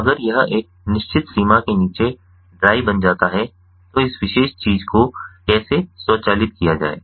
तो अगर यह एक निश्चित सीमा के नीचे ड्राई बन जाता है तो इस विशेष चीज को कैसे स्वचालित किया जाए